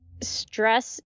stress